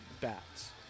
bats